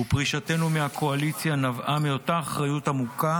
ופרישתנו מהקואליציה נבעה מאותה אחריות עמוקה